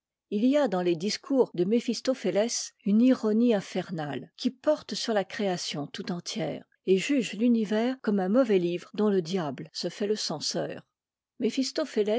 il y a dans les discours de méphistophé ès une ironie infernale qui porte sur la création tout entière et juge l'univers comme un mauvais livre dont le diable se fait le censeur